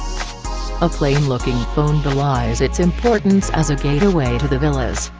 ah plain-looking phone belies it's importance as a gateway to the villas,